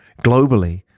globally